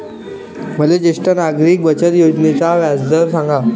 मले ज्येष्ठ नागरिक बचत योजनेचा व्याजदर सांगा